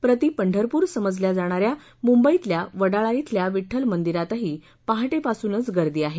प्रतिपंढरपूर समजल्या जाणा या मुंबईतल्या वडाळा इथल्या विड्ठल मंदीरातही पहा विसूनच गर्दी आहे